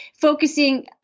focusing